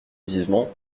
vivement